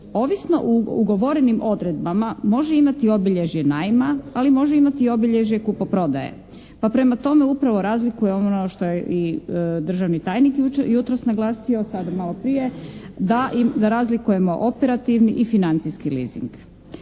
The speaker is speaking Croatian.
Ovisno o ugovorenim odredbama može imati obilježje najma, ali može imati i obilježje kupoprodaje, pa prema tome upravo razlikuje ono što je i državni tajnik jutros naglasio, sada malo prije da razlikujemo operativni i financijski leasing.